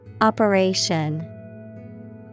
Operation